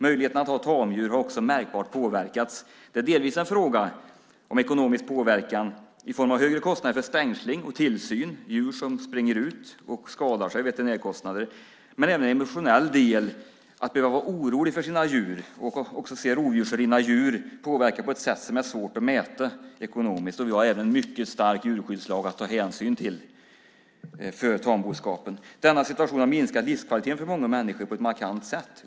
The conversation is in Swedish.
Möjligheten att ha tamdjur har också märkbart påverkats. Det är delvis en fråga om ekonomisk påverkan i form av högre kostnader för stängsling och tillsyn och veterinärkostnader för djur som springer ut och skadar sig. Men det finns även en emotionell del, att behöva vara orolig för sina djur och att också se rovdjursrivna djur påverkar på ett sätt som är svårt att mäta ekonomiskt. Vi har även en mycket stark djurskyddslag att ta hänsyn till för tamboskapen. Denna situation har minskat livskvaliteten för många människor på ett markant sätt.